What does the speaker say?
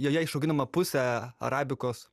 joje išauginama pusė arabikos